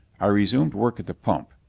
i resumed work at the pump,